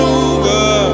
over